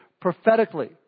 prophetically